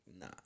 nah